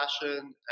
fashion